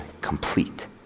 complete